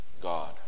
God